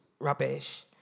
rubbish